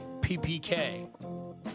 PPK